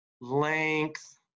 length